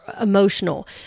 emotional